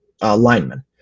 lineman